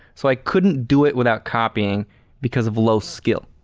so i couldn't do it without copying because of low-skill